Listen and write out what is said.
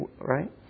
right